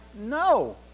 No